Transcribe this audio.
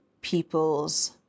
people's